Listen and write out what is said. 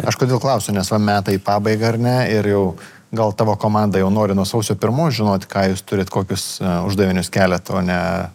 aš kodėl klausiu nes va metai į pabaigą ir jau gal tavo komanda jau nori nuo sausio pirmos žinot ką jūs turit kokius uždavinius keliat o ne